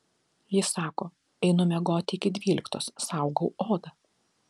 ji sako einu miegoti iki dvyliktos saugau odą